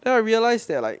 then I realise that like